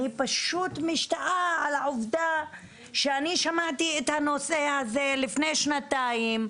אני פשוט משתאה על העובדה שאני שמעתי את הנושא הזה לפני שנתיים,